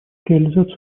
реализация